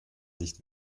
nicht